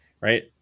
Right